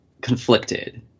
conflicted